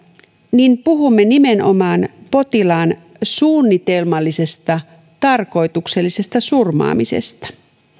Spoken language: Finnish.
niin puhumme nimenomaan potilaan suunnitelmallisesta tarkoituksellisesta surmaamisesta